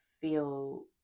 feel